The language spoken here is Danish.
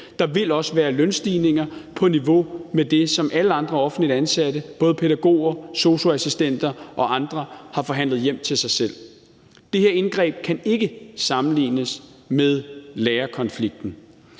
Der vil også være lønstigninger på niveau med det, som alle andre offentligt ansatte, både pædagoger, sosu-assistenter og andre, har forhandlet hjem til sig selv. Det her indgreb kan ikke sammenlignes med lærerkonflikten.